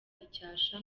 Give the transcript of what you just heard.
icyasha